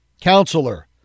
Counselor